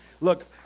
Look